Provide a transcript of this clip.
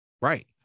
Right